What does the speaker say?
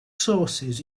sources